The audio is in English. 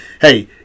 hey